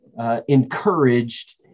encouraged